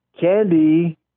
candy